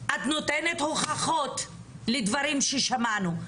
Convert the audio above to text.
את נותנת הוכחות לדברים ששמענו.